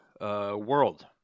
world